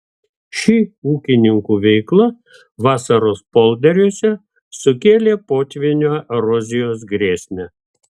ši ūkininkų veikla vasaros polderiuose sukėlė potvynio erozijos grėsmę